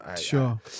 Sure